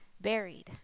buried